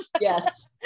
Yes